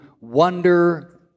wonder